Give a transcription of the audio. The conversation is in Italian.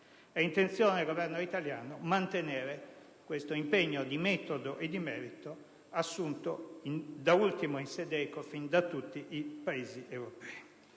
È intenzione del Governo italiano mantenere questo impegno di metodo e di merito assunto da ultimo in sede ECOFIN da tutti i Paesi europei.